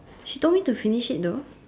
she told me to finish it though